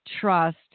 trust